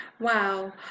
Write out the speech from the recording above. Wow